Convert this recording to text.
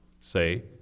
Say